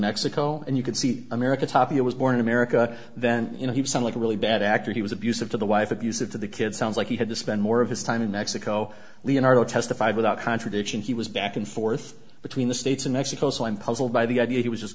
mexico and you can see america tapia was born in america then you know you sound like a really bad actor he was abusive to the wife abusive to the kid sounds like he had to spend more of his time in mexico leonardo testified without contradiction he was back and forth between the states and mexico so i'm puzzled by the idea he was